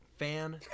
fan